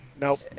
Nope